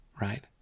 right